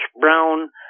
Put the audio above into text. brown